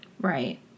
Right